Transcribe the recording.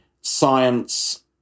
science